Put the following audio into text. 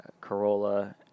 Corolla